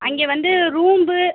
அங்கே வந்து ரூம்பு